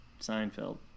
Seinfeld